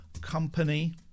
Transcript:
company